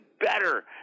better